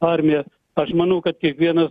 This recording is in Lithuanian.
armija aš manau kad kiekvienas